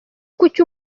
kuki